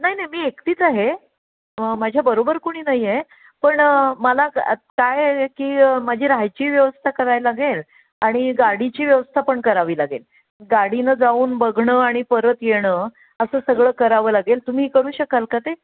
नाही नाही मी एकटीच आहे माझ्या बरोबर कोणी नाही आहे पण मला काय आहे की माझी राहायची व्यवस्था कराय लागेल आणि गाडीची व्यवस्था पण करावी लागेल गाडीनं जाऊन बघणं आणि परत येणं असं सगळं करावं लागेल तुम्ही करू शकाल का ते